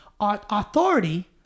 Authority